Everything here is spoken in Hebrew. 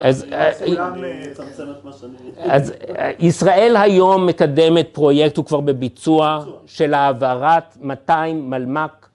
אז ישראל היום מקדמת פרויקט, הוא כבר בביצוע, של העברת 200 מלמק.